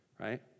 right